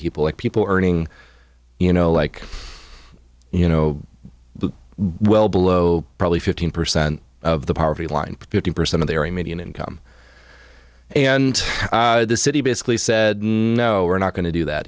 people and people earning you know like you know well below probably fifteen percent of the poverty line fifty percent of their a median income and the city basically said no we're not going to do that